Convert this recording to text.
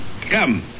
Come